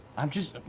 i'm just,